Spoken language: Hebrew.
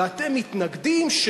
ואתם מתנגדים